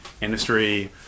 industry